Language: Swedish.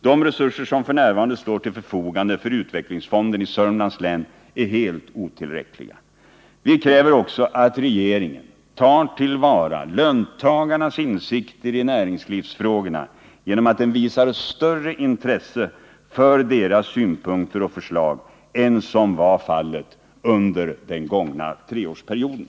De resurser som f.n. står till förfogande för utvecklingsfonden i Sörmlands län är helt otillräckliga. Vi kräver också att regeringen tar till vara löntagarnas insikter i näringslivsfrågorna genom att den visar större intresse för deras synpunkter och förslag än som var fallet under den gångna treårsperioden.